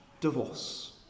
divorce